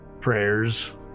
prayers